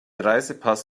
reisepass